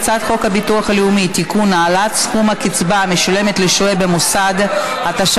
הצעת חוק הטבות לניצולי שואה (תיקון,